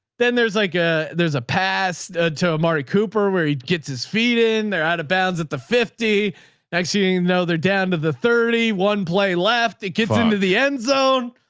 then there's like a, there's a pass to marty cooper where he gets his feet in there out of bounds at the fifty you know, they're down to the thirty one play left. it gets into the end zone.